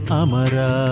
amara